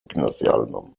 gimnazjalną